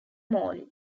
morley